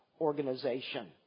organization